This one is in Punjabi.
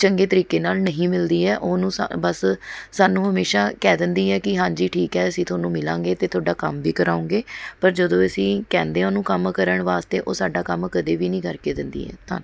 ਚੰਗੇ ਤਰੀਕੇ ਨਾਲ਼ ਨਹੀਂ ਮਿਲਦੀ ਹੈ ਉਹਨੂੰ ਸਾ ਬਸ ਸਾਨੂੰ ਹਮੇਸ਼ਾਂ ਕਹਿ ਦਿੰਦੀ ਹੈ ਕਿ ਹਾਂਜੀ ਠੀਕ ਹੈ ਅਸੀਂ ਤੁਹਾਨੂੰ ਮਿਲਾਂਗੇ ਅਤੇ ਤੁਹਾਡਾ ਕੰਮ ਵੀ ਕਰਾਉਂਗੇ ਪਰ ਜਦੋਂ ਅਸੀਂ ਕਹਿੰਦੇ ਹਾਂ ਉਹਨੂੰ ਕੰਮ ਕਰਨ ਵਾਸਤੇ ਉਹ ਸਾਡਾ ਕੰਮ ਕਦੇ ਵੀ ਨਹੀਂ ਕਰਕੇ ਦਿੰਦੀ ਹੈ ਧੰਨ